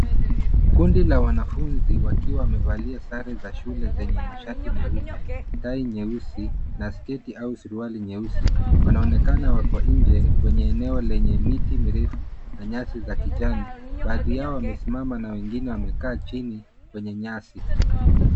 Kundi la wanafunzi wakiwa wamevalia sare za shule zenye mashati meupe, tai nyeusi na sketi au suruali nyeusi wanaonekana wako njee kwenye eneo lenye miti mirefu na nyasi za kijani. Baadhi yao wamesimama na wengine wamekaa chini kwenye nyasi.